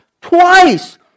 twice